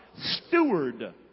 Steward